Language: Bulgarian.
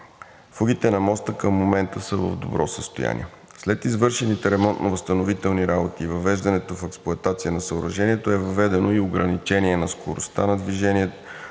Фугите на моста към момента са в добро състояние. След извършените ремонтно-възстановителни работи и въвеждането в експлоатация на съоръжението е въведено ограничение на скоростта на движение